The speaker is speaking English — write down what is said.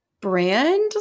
Brand